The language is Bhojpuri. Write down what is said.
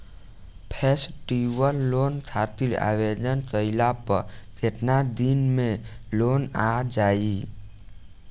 फेस्टीवल लोन खातिर आवेदन कईला पर केतना दिन मे लोन आ जाई?